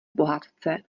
pohádce